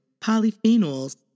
polyphenols